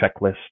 checklist